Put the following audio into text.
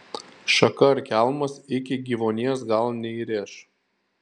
šaka ar kelmas iki gyvuonies gal neįrėš